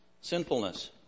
sinfulness